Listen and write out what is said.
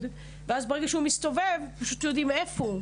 וברגע שהוא מסתובב פשוט יודעים איפה הוא.